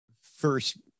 first